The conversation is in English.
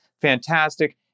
fantastic